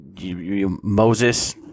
Moses